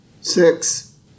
Six